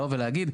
לבוא ולהגיד.